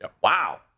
Wow